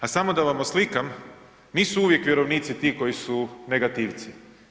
A samo da vam oslikam, nisu uvijek vjerovnici ti koji su negativci.